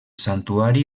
santuari